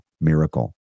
miracle